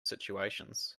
situations